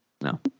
No